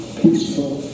peaceful